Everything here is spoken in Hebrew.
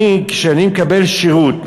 כשאני מקבל שירות,